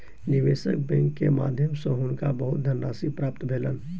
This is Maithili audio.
निवेशक बैंक के माध्यम सॅ हुनका बहुत धनराशि प्राप्त भेलैन